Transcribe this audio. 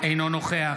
אינו נוכח